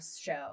show